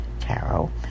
Tarot